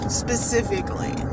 specifically